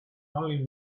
only